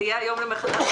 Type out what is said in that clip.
זה יהיה היום למחרת.